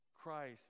Christ